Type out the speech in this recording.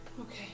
Okay